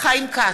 חיים כץ,